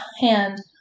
hand